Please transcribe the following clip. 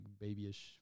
babyish